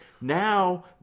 Now